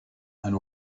and